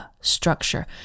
Structure